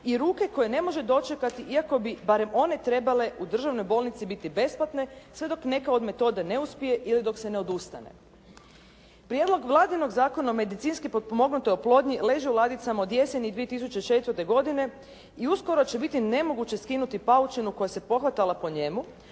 i ruke koje ne može dočekati iako bi barem one trebale u državnoj bolnici biti besplatne sve dok neka od metode ne uspije ili dok se ne odustane.“ Prijedlog vladinog Zakona o medicinski potpomognutoj oplodnji leži u ladicama od jeseni 2004. godine i uskoro će biti nemoguće skinuti paučinu koja se pohvatala po njemu.